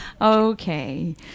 Okay